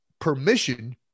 permission